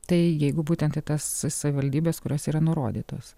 tai jeigu būtent į tas savivaldybes kurios yra nurodytos